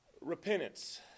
Repentance